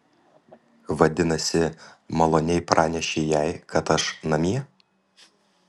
vadinasi maloniai pranešei jai kad aš namie